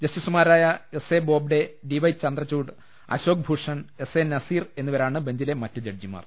ജസ്റ്റിസുമാരായ S A Bobde D Y Chandrachud Ashok Bhushan S A Nazeer എന്നിവരാണ് ബെഞ്ചിലെ മറ്റ് ജഡ്ജിമാർ